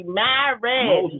married